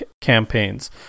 campaigns